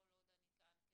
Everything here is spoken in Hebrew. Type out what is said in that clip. כל עוד אני כאן,